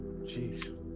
Jeez